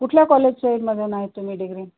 कुठल्या कॉलेजच्यामधून आहे तुम्ही डिग्री